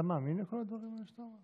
אתה מאמין לכל הדברים האלה שאתה אומר?